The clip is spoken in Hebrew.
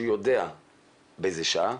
שהוא יודע באיזו שעה,